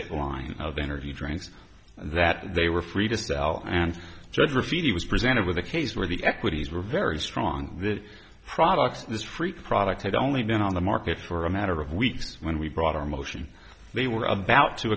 it line of energy drinks that they were free to spell and judge graffiti was presented with a case where the equities were very strong this product this free product had only been on the market for a matter of weeks when we brought our motion they were about to